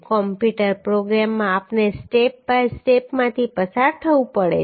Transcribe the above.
computer પ્રોગ્રામમાં આપણે step by સ્ટેપમાંથી પસાર થવું પડે છે